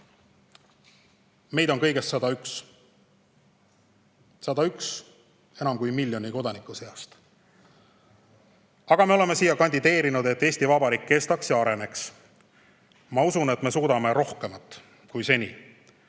Meid on kõigest 101 enam kui miljoni kodaniku seast. Aga me oleme siia kandideerinud, et Eesti Vabariik kestaks ja areneks. Ma usun, et me suudame rohkemat kui seni,